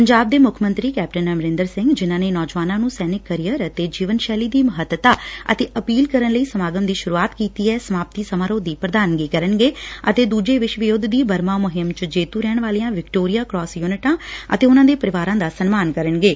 ਪੰਜਾਬ ਦੇ ਮੁੱਖ ਮੰਤਰੀ ਕੈਪਟਨ ਅਮਰਿੰਦਰ ਸਿੰਘ ਜਿਨਾਂ ਨੇ ਨੌਜਵਾਨਾਂ ਨੂੰ ਸੈਨਿਕ ਕੈਰੀਅਰ ਅਤੇ ਜੀਵਨ ਸ਼ੈਲੀ ਦੀ ਮਹੱਤਤਾ ਅਤੇ ਅਪੀਲ ਕਰਨ ਲਈ ਉਤਸਵ ਦੀ ਸ਼ੁਰੂਆਤ ਕੀਤੀ ਏ ਸਮਾਪਤੀ ਸਮਾਰੋਹ ਦੀ ਪ੍ਧਾਨਗੀ ਕਰਨਗੇ ਅਤੇ ਦੂਜੇ ਵਿਸ਼ਵ ਯੁੱਧ ਦੀ ਬਰਮਾ ਮੁਹਿੰਮ ਵਿੱਚ ਜੇਤੂ ਰਹਿਣ ਵਾਲੀਆਂ ਵਿਕਟੋਰੀਆ ਕ੍ਾਸ ਯੂਨਿਟਾਂ ਅਤੇ ਉਨਾਂ ਪਰਿਵਾਰਾਂ ਦਾ ਸਨਮਾਨ ਕਰਨਗੇ